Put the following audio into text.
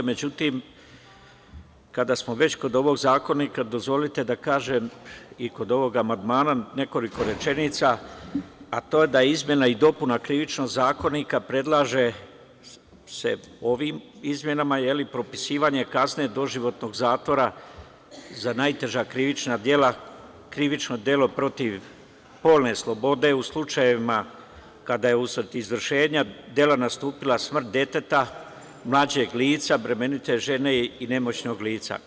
Međutim, kada smo već kod ovog zakonika, dozvolite da kažem i kod ovog amandmana nekoliko rečenica, a to je da se izmenama i dopunama Krivičnog zakonika predlaže propisivanje kazne doživotnog zatvora za najteža krivična dela, krivično delo protiv polne slobode u slučajevima kada je u usled izvršenja dela nastupila smrt deteta, mlađeg lica, bremenite žene i nemoćnog lica.